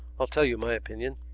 i'll tell you my opinion.